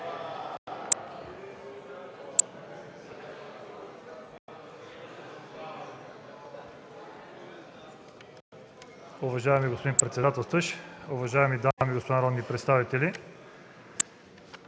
Уважаема госпожо председател, уважаеми дами и господа народни представители,